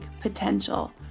potential